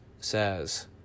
says